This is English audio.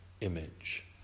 image